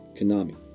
Konami